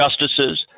justices